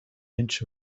inch